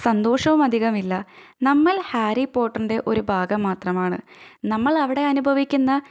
സന്തോഷവും അധികമില്ല നമ്മള് ഹാരി പോട്ടറിന്റെ ഒരു ഭാഗം മാത്രമാണ് നമ്മളവിടെ അനുഭവിക്കുന്ന